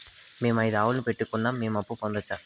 మేము ఐదు ఆవులని పెట్టుకున్నాం, మేము అప్పు పొందొచ్చా